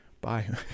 bye